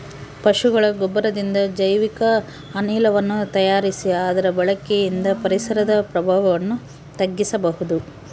ಪಶುಗಳ ಗೊಬ್ಬರದಿಂದ ಜೈವಿಕ ಅನಿಲವನ್ನು ತಯಾರಿಸಿ ಅದರ ಬಳಕೆಯಿಂದ ಪರಿಸರದ ಪ್ರಭಾವವನ್ನು ತಗ್ಗಿಸಬಹುದು